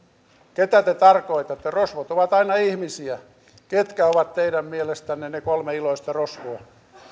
ketä te tarkoitatte rosvot ovat aina ihmisiä ketkä ovat teidän mielestänne ne kolme iloista rosvoa